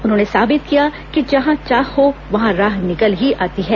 उन्होंने साबित किया कि जहां चाह हो वहां राह निकल ही आती है